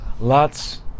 Lots